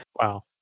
Wow